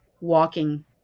walking